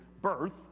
birth